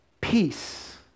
peace